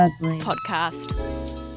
Podcast